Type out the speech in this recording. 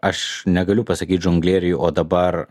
aš negaliu pasakyt žonglieriui o dabar